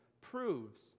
proves